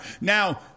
Now